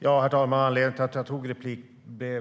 Herr talman! Anledningen till att jag begärde replik